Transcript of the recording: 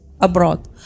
abroad